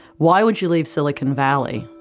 why would you leave silicon valley?